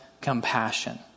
compassion